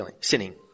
sinning